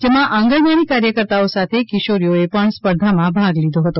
જેમાં આંગણવાડી કાર્યકર્તાઓ સાથે કિશોરીઓએ પણ સ્પર્ધામાં ભાગ લીધો હતો